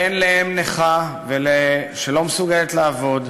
בן לאם נכה שלא מסוגלת לעבוד,